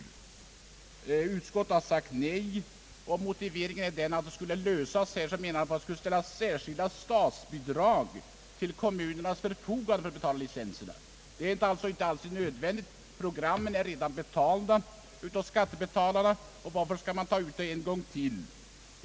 Nu har utskottet sagt nej, och motiveringen är den att särskilda statsbidrag skulle få ställas till kommunernas förfogande för att betala licenserna. Det är inte alls nödvändigt. Skattebetalarna har redan bekostat programmen, och varför skall man då ta ut pengar en gång till?